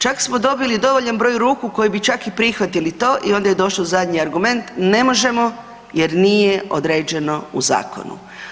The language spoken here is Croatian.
Čak smo dobili i dovoljan broj ruku koji bi čak i prihvatili to i onda je došao zadnji argument, ne možemo jer nije određeno u zakonu.